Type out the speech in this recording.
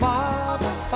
Father